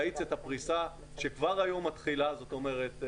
להאיץ את הפריסה שכבר היום מתחילה זאת אומרת,